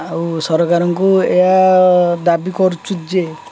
ଆଉ ସରକାରଙ୍କୁ ଏହା ଦାବି କରୁଛୁ ଯେ